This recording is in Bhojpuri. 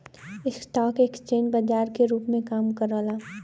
स्टॉक एक्सचेंज बाजार के रूप में काम करला